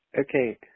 Okay